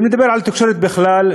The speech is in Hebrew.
אם נדבר על תקשורת בכלל,